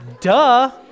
Duh